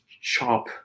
sharp